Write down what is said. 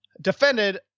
defended